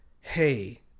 hey